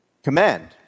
Command